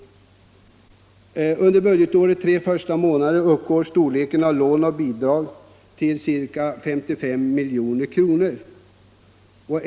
Lånen och bidragen under budgetårets tre första månader uppgår till ca 55 milj.kr.